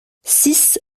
six